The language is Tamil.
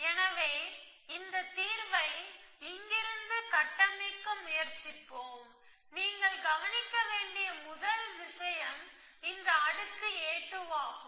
எனவே இந்த தீர்வை இங்கிருந்து கட்டமைக்க முயற்சிப்போம் நீங்கள் கவனிக்க வேண்டிய முதல் விஷயம் இந்த அடுக்கு a2 ஆகும்